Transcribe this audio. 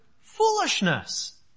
foolishness